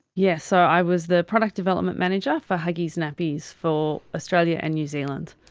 yes, so i was the product development manager for huggies nappies for australia and new zealand.